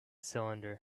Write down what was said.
cylinder